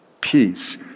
peace